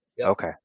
Okay